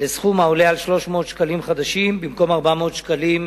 לסכום העולה על 300 ש"ח, במקום 400 ש"ח,